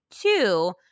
Two